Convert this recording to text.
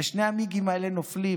ושני המיגים האלה נופלים